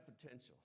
potential